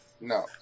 No